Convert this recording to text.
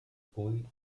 cull